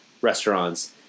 restaurants